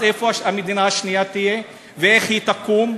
אז איפה המדינה השנייה תהיה, ואיך היא תקום?